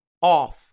off